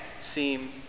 seem